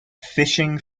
fishing